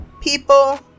people